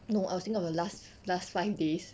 no I was thinking of the last last five days